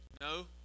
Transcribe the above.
no